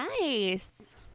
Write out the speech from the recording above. Nice